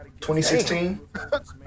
2016